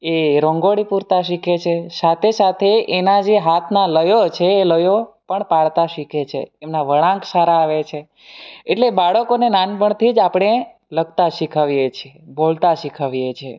એ રંગોળી પૂરતાં શીખે છે સાથે સાથે એના જે હાથના લયો છે એ લયો પણ પાડતા શીખે છે એમના વળાંક સારા આવે છે એટલે બાળકોને નાનપણથી જ આપણે લખતા શીખવીએ છીએ બોલતા શીખવીએ છે